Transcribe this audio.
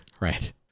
right